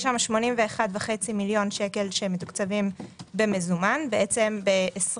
יש שם 81.5 מיליון שקל שמתוקצבים במזומן, ב-21'